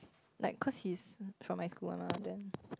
like cause he's from my school one mah then